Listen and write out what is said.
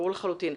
ברור לחלוטין.